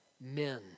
men